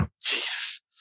Jesus